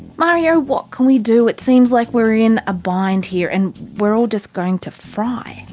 mario, what can we do? it seems like we're in a bind here and we're all just going to fry?